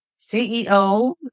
CEO